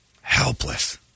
Helpless